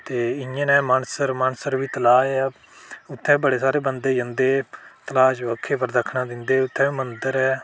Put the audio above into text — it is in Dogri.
इं'या नेह् मानसर मानसर बी तलाऽ ऐ उत्थै बड़े सारे बंदे जंदे तलाऽ च बक्खरियां परदक्खना दिंदे इत्थै मंदर ऐ